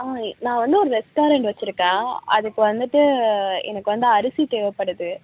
ஆ நான் வந்து ஒரு ரெஸ்ட்டாரண்ட் வச்சுருக்கேன் அதுக்கு வந்துகிட்டு எனக்கு வந்து அரிசி தேவைப்படுது